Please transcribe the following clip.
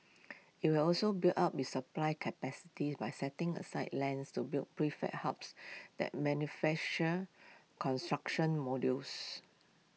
IT will also build up its supply capacity by setting aside lands to build prefab hubs that manufacture construction modules